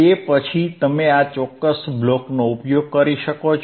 તે પછી તમે આ ચોક્કસ બ્લોકનો ઉપયોગ કરી શકો છો